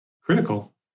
critical